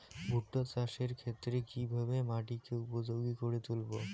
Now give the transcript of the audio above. ভুট্টা চাষের ক্ষেত্রে কিভাবে মাটিকে উপযোগী করে তুলবো?